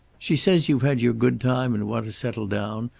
she says you've had your good time and want to settle down,